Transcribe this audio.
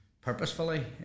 purposefully